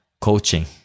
coaching